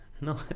No